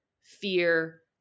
fear